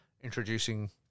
introducing